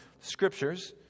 scriptures